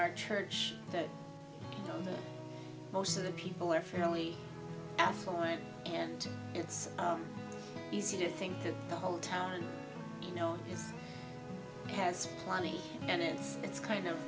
our church that most of the people are fairly affluent and it's easy to think that the whole town you know has money and it's it's kind of